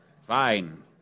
fine